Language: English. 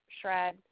Shred